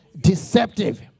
deceptive